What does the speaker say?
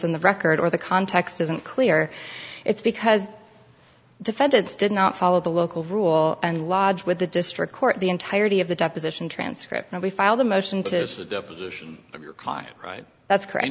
in the record or the context isn't clear it's because defendants did not follow the local rule and lodged with the district court the entirety of the deposition transcript and we filed a motion to the right that's correct